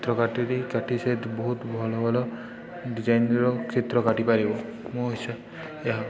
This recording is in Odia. ଚିତ୍ର କାଟି କାଟି ସେ ବହୁତ ଭଲ ଭଲ ଡ଼ିଜାଇନ୍ର ଚିତ୍ର କାଟିପାରିବ ମୋ ହିସାବରେ ଏହା